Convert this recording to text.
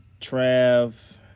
Trav